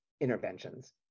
interventions